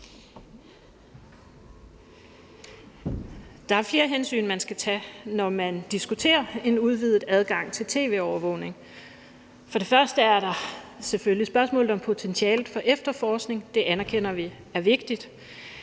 Der er flere hensyn, man skal tage, når man diskuterer en udvidet adgang til tv-overvågning. Først og fremmest er der selvfølgelig spørgsmålet om potentialet for efterforskning. Det anerkender vi er vigtigt,